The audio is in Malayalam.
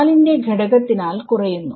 4 ന്റെ ഘടകതിനാൽ കുറയുന്നു